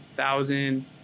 thousand